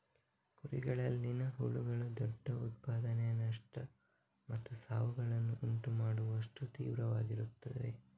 ಕುರಿಗಳಲ್ಲಿನ ಹುಳುಗಳು ದೊಡ್ಡ ಉತ್ಪಾದನೆಯ ನಷ್ಟ ಮತ್ತು ಸಾವುಗಳನ್ನು ಉಂಟು ಮಾಡುವಷ್ಟು ತೀವ್ರವಾಗಿರುತ್ತವೆ